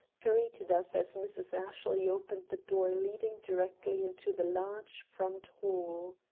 greeted us as mrs. ashley opened the door leading directly into the large front hall.